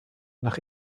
nach